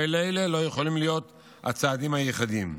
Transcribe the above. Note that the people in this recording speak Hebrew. אבל אלה לא יכולים להיות הצעדים היחידים.